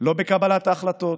לא בקבלת החלטות,